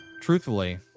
Truthfully